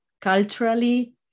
culturally